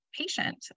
patient